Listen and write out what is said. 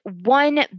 one